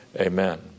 Amen